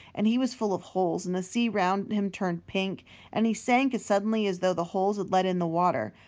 and he was full of holes and the sea round him turned pink and he sank as suddenly as though the holes had let in the water,